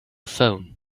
phone